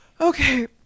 okay